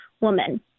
woman